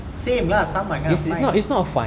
same lah saman ah fine